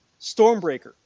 Stormbreaker